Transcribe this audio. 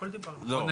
לא.